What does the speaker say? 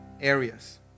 areas